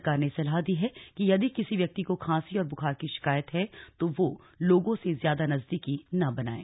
सरकार ने सलाह दी है कि यदि किसी व्यक्ति को खांसी और बुखार की शिकायत है तो वह लोगों से ज्यादा नजदीकी न बनाये